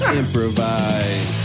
improvise